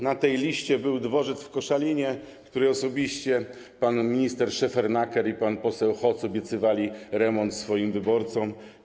Na tej liście był dworzec w Koszalinie, osobiście pan minister Szefernaker i pan poseł Hoc obiecywali remont swoim wyborcom.